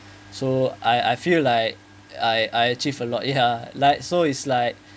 so I I feel like I I achieve a lot ya like so it's like